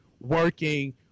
working